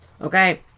okay